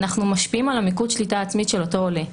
אנחנו משפיעים על מיקוד השליטה העצמית של אותו עולה.